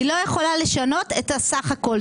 לא לשנות את הסך הכל.